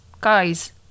Guys